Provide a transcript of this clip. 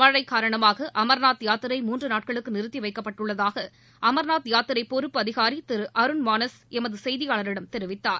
மழை காரணமாக அமர்நாத் யாத்திரை மூன்று நாட்களுக்கு நிறுத்தி வைக்கப்பட்டுள்ளதாக அமர்நாத் யாத்திரை பொறுப்பு அதிகாரி திரு அருண் மானஸ் எமது செய்தியாளரிடம் தெரிவித்தார்